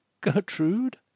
Gertrude